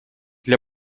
для